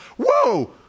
whoa